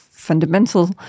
fundamental